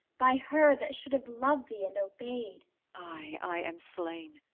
by her that should have loved thee and obeyed i am slain.